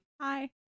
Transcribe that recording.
hi